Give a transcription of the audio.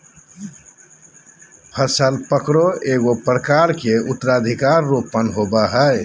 फसल पकरो एगो प्रकार के उत्तराधिकार रोपण होबय हइ